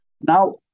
Now